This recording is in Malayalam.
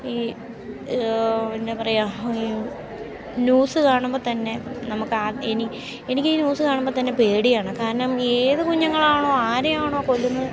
ഈ എന്താണ് പറയുക ഈ ന്യൂസ് കാണുമ്പം തന്നെ നമുക്ക് ആ എനിക്ക് ഈ ന്യൂസ് കാണുമ്പം തന്നെ പേടിയാണ് കാരണം ഏത് കുഞ്ഞുങ്ങളാണോ ആരെയാണോ കൊല്ലുന്നത്